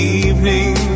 evening